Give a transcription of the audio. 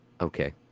Okay